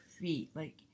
feet—like